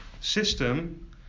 system